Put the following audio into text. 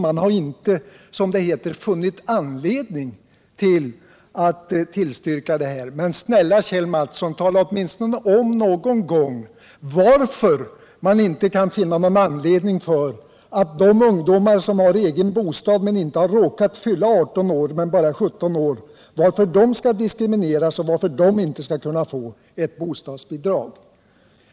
Man har, som det heter, inte funnit anledning att tillstyrka det. Men, snälla Kjell Mattsson, tala åtminstone någon gång om varför man inte kan finna någon anledning till att de ungdomar med egen bostad som bara är 17 år inte kan få bostadsbidrag 165 utan skall diskrimineras.